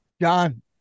John